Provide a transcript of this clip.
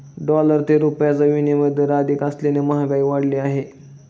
dollar ते रुपयाचा विनिमय दर अधिक असल्याने महागाई वाढली आहे